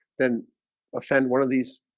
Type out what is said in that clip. then offend one of these